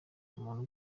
ubuntu